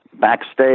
backstage